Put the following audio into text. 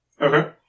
Okay